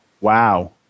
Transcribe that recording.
Wow